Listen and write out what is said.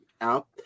out